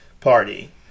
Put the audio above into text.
party